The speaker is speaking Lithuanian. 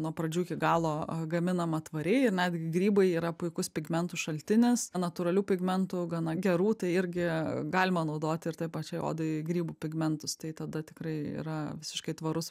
nuo pradžių iki galo gaminama tvariai ir netgi grybai yra puikus pigmentų šaltinis natūralių pigmentų gana gerų tai irgi galima naudoti ir tai pačiai odai grybų pigmentus tai tada tikrai yra visiškai tvarus